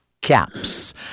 caps